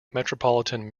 metropolitan